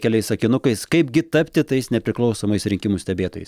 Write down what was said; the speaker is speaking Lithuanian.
keliais sakinukais kaipgi tapti tais nepriklausomais rinkimų stebėtojais